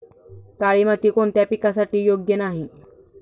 काळी माती कोणत्या पिकासाठी योग्य नाही?